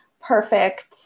perfect